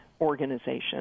organization